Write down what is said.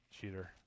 cheater